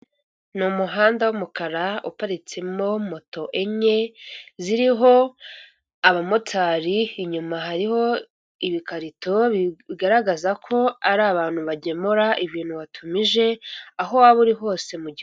Ni umuhanda w'umukara uparitsemo moto enye, ziriho abamotari, inyuma hariho ibikarito bigaragaza ko ari abantu bagemura ibintu watumije aho waba uri hose mu gihugu.